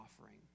offering